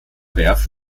werft